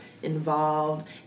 involved